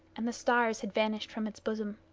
and the stars had vanished from its bosom.